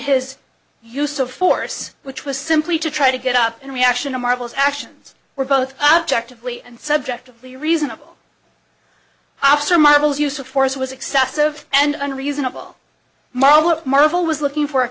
his use of force which was simply to try to get up in reaction to marvel's actions were both up to actively and subjectively reasonable after marvel's use of force was excessive and reasonable marvel at marvel was looking for a